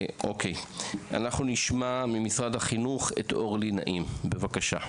אנחנו נשמע ממשרד החינוך את אורלי נעים, בבקשה.